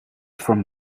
from